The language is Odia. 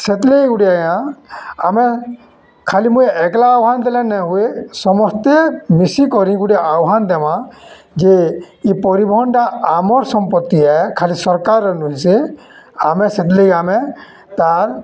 ସେଥିଲାଗି ଗୋଟେ ଆଜ୍ଞା ଆମେ ଖାଲି ମୁଇଁ ଏକଲା ଆହ୍ୱାନ ଦେଲା ନାଇଁ ହୁଏ ସମସ୍ତେ ମିଶିକରି ଗୋଟେ ଆହ୍ୱାନ ଦେମା ଯେ ଏ ପରିବହନଟା ଆମର୍ ସମ୍ପତ୍ତି ଖାଲି ସରକାର ନୁହେଁ ସେ ଆମେ ସେଥିଲାଗି ଆମେ ତା'ର